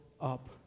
up